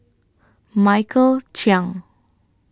Michael Chiang